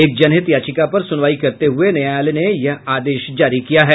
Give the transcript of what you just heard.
एक जनहित याचिका पर सुनवाई करते हुए न्यायालय ने यह आदेश जारी किया है